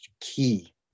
key